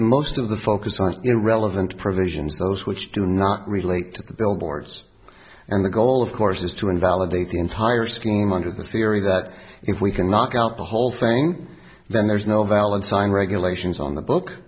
most of the focus on you know relevant provisions those which do not relate to the billboards and the goal of course is to invalidate the entire scheme under the theory that if we can knock out the whole thing then there's no valentine regulations on the book